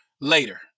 later